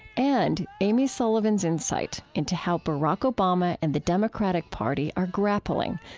and amy sullivan's insight into how barack obama and the democratic party are grappling,